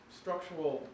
structural